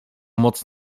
moc